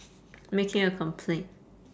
making a complaint